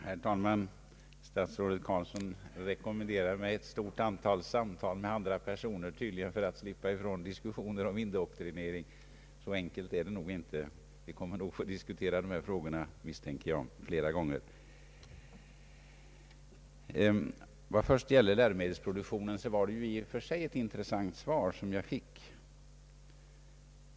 Herr talman! Statsrådet Carlsson rekommenderade mig ett stort antal samtal med andra personer, tydligen för att slippa ifrån diskussioner om indoktrinering. Så enkelt är det nog inte; jag misstänker att vi kommer att få diskutera dessa frågor flera gånger. Vad först gäller läromedelsproduktionen var det i och för sig ett intressant svar som jag fick.